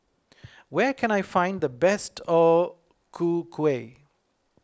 where can I find the best O Ku Kueh